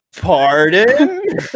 Pardon